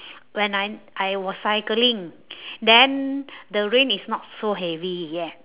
when I I was cycling then the rain is not so heavy yet